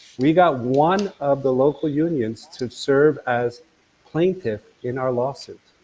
we got one of the local unions to serve as plaintiff in our lawsuit.